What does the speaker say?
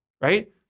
right